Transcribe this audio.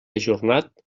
ajornat